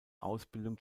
ausbildung